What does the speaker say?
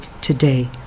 today